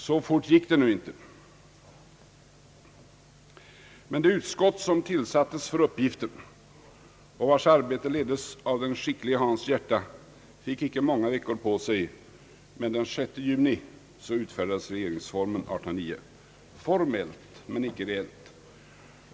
Så fort gick det nu inte, men det utskott som tillsattes för uppgiften och vars arbete leddes av den skicklige Hans Järta fick inte många veckor på sig. Men den 6 juni utfärdades regeringsformen 1809 — formellt men icke reellt.